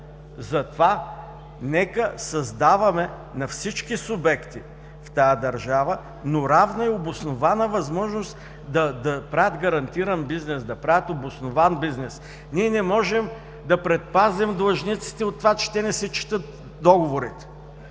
Затова нека създаваме на всички субекти в тази държава, но равна и обоснована възможност да правят гарантиран бизнес, да правят обоснован бизнес. Ние не можем да предпазим длъжниците от това, че те не си четат договорите,